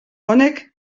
honek